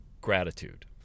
gratitude